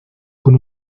con